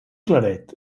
claret